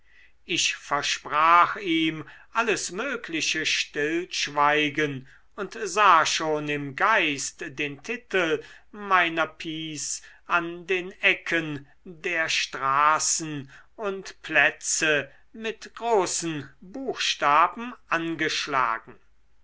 ich versprach ihm alles mögliche stillschweigen und sah schon im geist den titel meiner piece an den ecken der straßen und plätze mit großen buchstaben angeschlagen